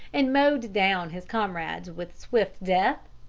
and mowed down his comrades with swift death?